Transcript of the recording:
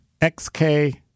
xk